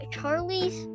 Charlie's